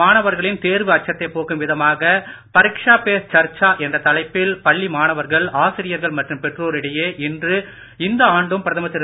மாணவர்களின் தேர்வு அச்சத்தை போக்கும் விதமாக பரிக்ஷா பே சர்ச்சா என்ற தலைப்பில் பள்ளி மாணவர்கள் ஆசிரியர்கள் மற்றும் பெற்றோரிடையே இன்றுஇந்த ஆண்டும் பிரதமர் திரு